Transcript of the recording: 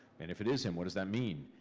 and if it is him, what does that mean?